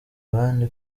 abandi